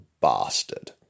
bastard